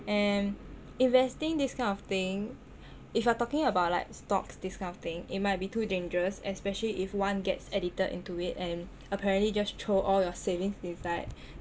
and investing this kind of thing if you're talking about like stocks this kind of thing it might be too dangerous especially if one gets addicted into it and apparently just throw all your savings inside